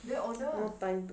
then order ah